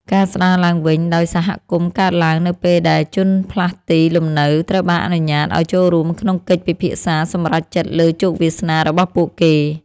ការស្តារឡើងវិញដោយសហគមន៍កើតឡើងនៅពេលដែលជនផ្លាស់ទីលំនៅត្រូវបានអនុញ្ញាតឱ្យចូលរួមក្នុងកិច្ចពិភាក្សាសម្រេចចិត្តលើជោគវាសនារបស់ពួកគេ។